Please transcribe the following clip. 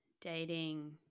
Dating